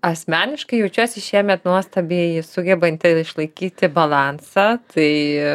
asmeniškai jaučiuosi šiemet nuostabiai sugebanti išlaikyti balansą tai